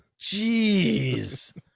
Jeez